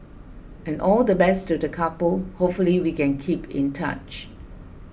and all the best to the couple hopefully we can keep in touch